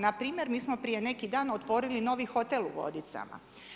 Npr. mi smo prije neki dan otvorili novi hotel u Vodicama.